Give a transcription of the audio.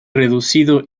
reducido